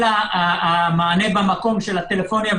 של המענה במקום של הטלפוניה,